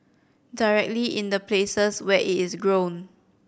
directly in the places where it is grown